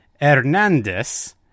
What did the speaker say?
Hernandez